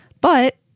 But-